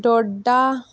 Doda